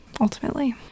Ultimately